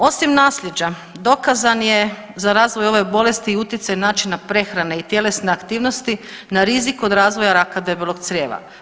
Osim naslijeđa dokazan je za razvoj ove bolesti i utjecaj načina prehrane i tjelesne aktivnosti na rizik od razvoja raka debelog crijeva.